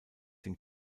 den